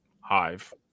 hive